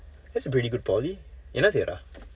that's a pretty good poly என்ன செய்றா:enna seyraa